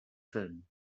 film